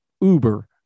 uber